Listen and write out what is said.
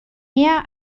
mehr